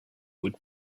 would